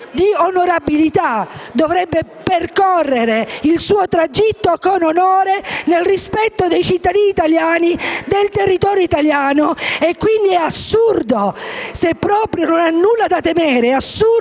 con onorabilità, dovrebbe percorrere il suo tragitto con onore, nel rispetto dei cittadini italiani e del territorio italiano. Quindi, se proprio non ha nulla da temere, è assurdo